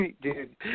dude